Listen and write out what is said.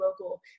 local